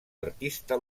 artista